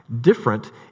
different